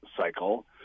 cycle